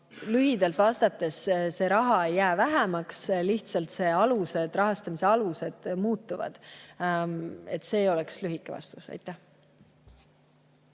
lühidalt vastates: see raha ei jää vähemaks, lihtsalt rahastamise alused muutuvad. See oleks lühike vastus. Aitäh!